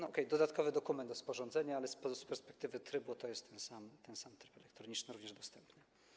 Okej, to dodatkowy dokument do sporządzenia, ale z perspektywy trybu to jest ten sam tryb elektroniczny, również dostępny.